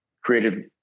creative